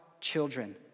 children